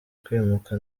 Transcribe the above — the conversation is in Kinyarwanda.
kwimuka